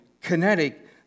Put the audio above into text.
kinetic